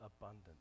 abundant